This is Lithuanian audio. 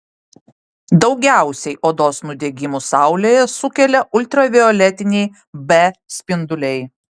daugiausiai odos nudegimų saulėje sukelia ultravioletiniai b spinduliai